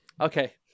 Okay